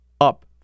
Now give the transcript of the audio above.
Up